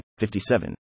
57